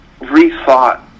rethought